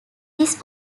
this